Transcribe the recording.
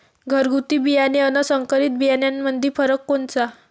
घरगुती बियाणे अन संकरीत बियाणामंदी फरक कोनचा?